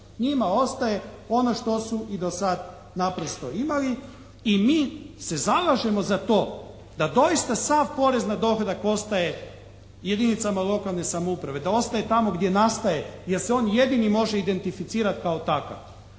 Njima ostaje ono što su do sad naprosto imali. I mi se zalažemo za to da doista sav porez na dohodak ostaje jedinicama lokalne samouprave, da ostaje tamo gdje nastaje, jer se on jedini može identificirati kao takav.